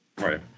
right